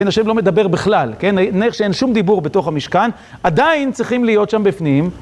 אין, השם לא מדבר בכלל, כן? איך שאין שום דיבור בתוך המשכן, עדיין צריכים להיות שם בפנים.